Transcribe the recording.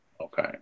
Okay